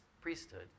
priesthood